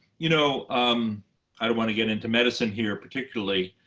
you know um i don't want to get into medicine here particularly.